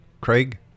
Craig